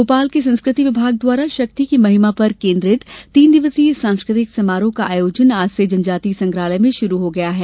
भोपाल के संस्कृति विभाग द्वारा शक्ति की महिमा पर केन्द्रित तीन दिवसीय सांस्कृतिक समारोह का आयोजन आज से जनजातीय संग्रहालय में शुरू हो गया है